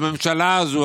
הממשלה הזאת,